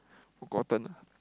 forgotten ah